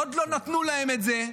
עוד לא נתנו להם את זה.